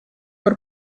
per